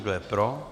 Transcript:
Kdo je pro?